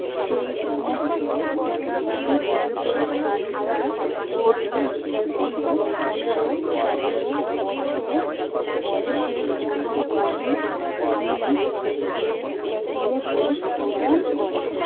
সেই সমস্ত টিকাদান কেন্দ্রর তালিকা করুন যেগুলো পনেরো সতেরো বছর বয়সের জন্য কোভিড শিল্ড এর দ্বিতীয় ডোজ প্রদান করে